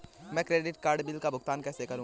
मैं credit card bill का भुगतान कैसे करूं?